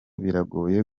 biragoye